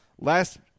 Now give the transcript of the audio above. last